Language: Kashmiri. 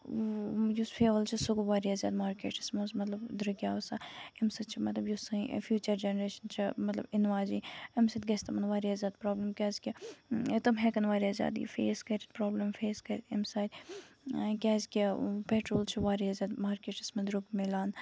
یُس فِیوَل چھُ سُہ گوٚو واریاہ زیادٕ مارکیٹَس منٛز مطلب درٛوٚگیو سُہ اَمہِ سۭتۍ چھُ یُس سٲنۍ فیوٗچر جینریشَن چھِ مطلب ییٚنہٕ واجینۍ اَمہِ سۭتۍ گژھِ تِمن واریاہ زیادٕ پرابلم کیازِ کہِ تِم ہٮ۪کن واریاہ زیادٕ یہِ فیس کٔرِتھ اَمہِ سۭتۍ کیازِ کہِ پیٹرول چھُ واریاہ زیادٕ مارکیٹَس منٛز درٛوٚگ مِلان